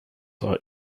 are